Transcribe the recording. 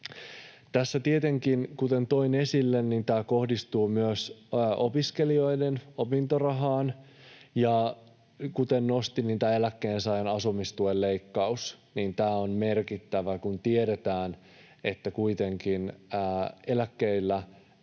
Tässä tietenkin, kuten toin esille, tämä kohdistuu myös opiskelijoiden opintorahaan. Ja kuten nostin, niin tämä eläkkeensaajan asumistuen leikkaus on merkittävä, kun tiedetään, että kuitenkaan eläkkeellä